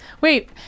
Wait